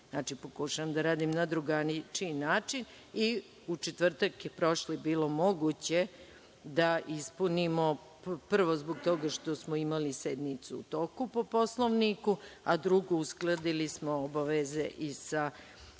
Znači, pokušavam da radim na drugačiji način.U prošli četvrtak je bilo moguće da ispunimo, prvo, zbog toga što smo imali sednicu u toku po Poslovniku, a drugo uskladili smo obaveze i sa